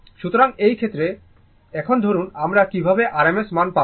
সুতরাং এই ক্ষেত্রে এখন ধরুন আমরা কীভাবে r m s মান পাব